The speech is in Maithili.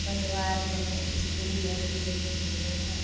परिवारमे स्त्री आओर पुरुष दोनो